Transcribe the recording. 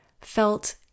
felt